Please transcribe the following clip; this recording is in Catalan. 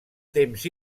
temps